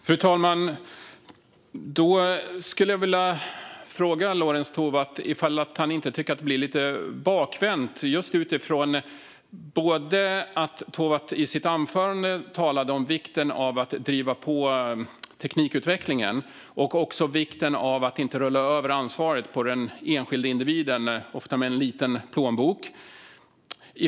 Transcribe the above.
Fru talman! Då skulle jag vilja fråga Lorentz Tovatt om han inte tycker att det blir lite bakvänt just utifrån att Tovatt i sitt anförande talade om vikten av att driva på teknikutvecklingen och också om vikten av att inte rulla över ansvaret på den enskilda individen, ofta med en liten plånbok.